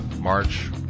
March